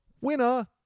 Winner